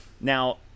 Now